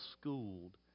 schooled